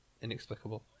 inexplicable